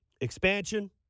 expansion